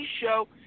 show